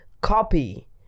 copy